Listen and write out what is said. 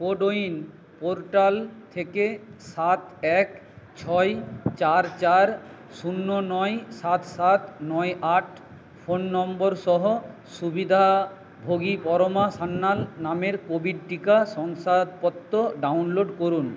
কোডউইন portal থেকে সাত এক ছয় চার চার শূন্য নয় সাত সাত নয় আট ফোন নম্বরসহ সুবিধাভোগী পরমা সান্যাল নামের কোভিড টিকা শংসাপত্র ডাউনলোড করুন